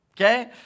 Okay